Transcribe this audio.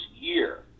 year